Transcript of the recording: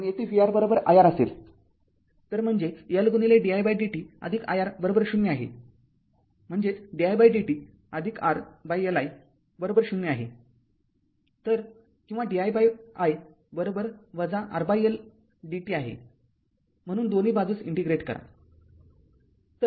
तर म्हणजे Ldidt i R ० आहे म्हणजेच didtRLi0 आहे तर किंवा di i R L dt आहे म्हणून दोन्ही बाजूस इंटिग्रेट करा